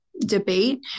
debate